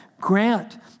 Grant